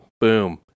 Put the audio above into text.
Boom